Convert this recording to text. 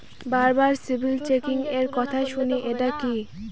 বারবার সিবিল চেকিংএর কথা শুনি এটা কি?